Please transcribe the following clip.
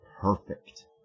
perfect